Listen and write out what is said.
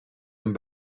een